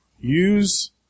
use